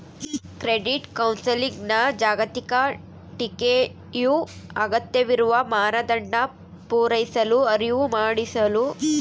credit ಕೌನ್ಸೆಲಿಂಗ್ನ ಜಾಗತಿಕ ಟೀಕೆಯು ಅಗತ್ಯವಿರುವ ಮಾನದಂಡ ಪೂರೈಸಲು ಅರಿವು ಮೂಡಿಸಲು ವಿಫಲವಾಗೈತಿ